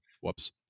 whoops